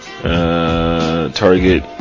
target